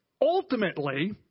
Ultimately